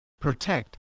protect